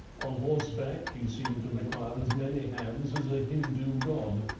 on horseback he seemed to require as many hands as a hindu god,